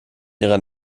ihrer